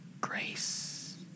grace